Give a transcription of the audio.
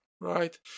Right